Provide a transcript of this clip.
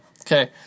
Okay